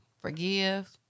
forgive